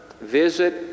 visit